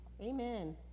Amen